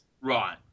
Right